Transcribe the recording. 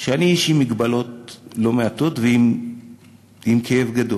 שאני איש עם מגבלות לא מעטות, ועם כאב גדול.